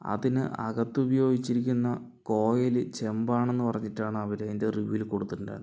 അതിന് അകത്ത് ഉപയോഗിച്ചിരിക്കുന്ന കോയില് ചെമ്പാണെന്ന് പറഞ്ഞിട്ടാണ് അവര് അതിൻ്റെ റിവ്യൂവിൽ കൊടുത്തിട്ടുണ്ടായിരുന്നേ